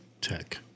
tech